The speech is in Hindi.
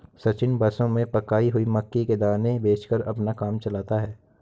सचिन बसों में पकाई हुई मक्की के दाने बेचकर अपना काम चलाता है